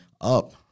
up